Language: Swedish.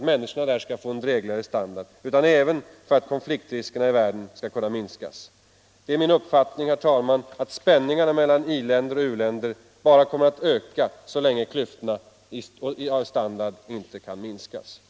länderna skall få en drägligare standard utan även för att konfliktriskerna i världen skall kunna minskas. Det är min uppfattning att spänningarna mellan i-länder och u-länder bara kommer att öka så länge klyftorna i standard inte kan minskas.